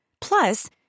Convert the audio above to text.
Plus